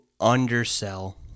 undersell